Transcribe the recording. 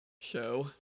show